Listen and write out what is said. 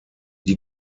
die